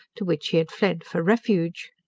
to which he had fled for refuge.